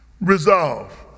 Resolve